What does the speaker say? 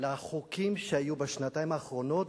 לחוקים שהיו בשנתיים האחרונות,